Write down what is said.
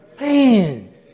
Man